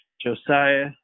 Josiah